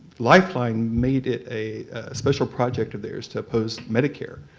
lifeline made it a special project of theirs to oppose medicare.